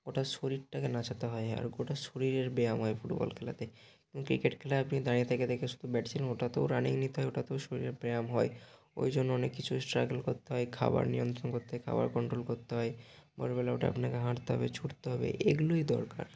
ওটা শরীরটাকে নাচাতে হয় আর গোটা শরীরের ব্যায়াম হয় ফুটবল খেলাতে কিন্তু ক্রিকেট খেলায় আপনি দাঁড়িয়ে থেকে থেকে শুধু ব্যাটিং ওটাতেও রানিং নিতে হয় ওটাতেও শরীরের ব্যায়াম হয় ওই জন্য অনেক কিছু স্ট্রাগল করতে হয় খাবার নিয়ন্ত্রণ করতে হয় খাবার কন্ট্রোল করতে হয় ভোরবেলা উঠে আপনাকে হাঁটতে হবে ছুটতে হবে এগুলোই দরকার